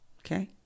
okay